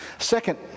Second